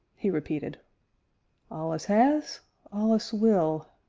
he repeated allus as allus will!